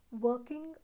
working